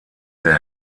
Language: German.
der